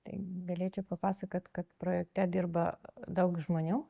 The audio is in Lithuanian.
tai galėčiau papasakot kad projekte dirba daug žmonių